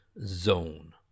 zone